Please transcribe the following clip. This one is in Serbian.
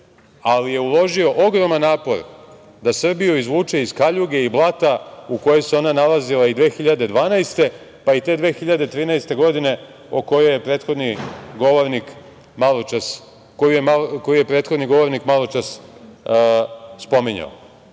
ali je uložio ogroman napor da Srbiju izvuče iz kaljuge i blata u kojoj se ona nalazila i 2012, pa i te 2013. godine o kojoj je prethodni govornik maločas spominjao. Sve